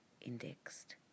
indexed